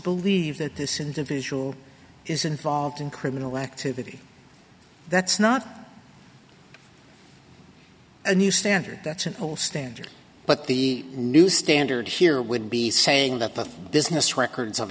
believe that this individual is involved in criminal activity that's not a new standard that's an old standard but the new standard here would be saying that the business records of